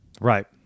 Right